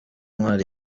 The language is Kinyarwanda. intwari